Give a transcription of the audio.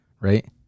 right